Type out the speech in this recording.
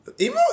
Emo